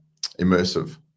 immersive